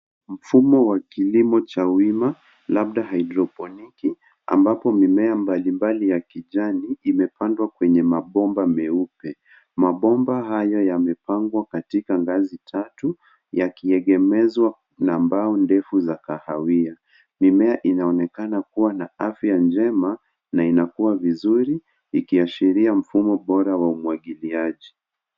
Mfumo wa kilimo cha wima, labda haidroponiki, ambapo mimea mbalimbali ya kijani imepandwa kwenye mabomba meupe. Mabomba hayo yamepangwa katika ngazi tatu yakiegemezwa na mbao ndefu za kahawia. Mimea inaonekana kuwa na afya njema na inakua vizuri ikiashiria mfumo bora wa umwagiliaji.